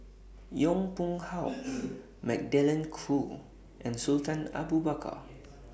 Yong Pung How Magdalene Khoo and Sultan Abu Bakar